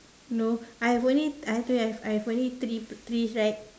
no I've only I told you I've I've only three trees right